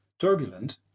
turbulent